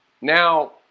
Now